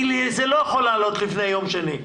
כי זה לא יכול לעלות לפני יום שני.